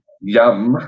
Yum